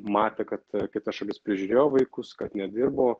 matė kad kita šalis prižiūrėjo vaikus kad nedirbo